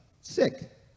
Sick